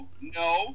no